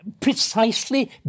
Precisely